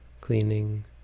cleaning